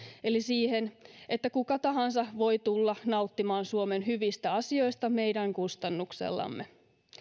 eli siihen että kuka tahansa voi tulla nauttimaan suomen hyvistä asioista meidän kustannuksellamme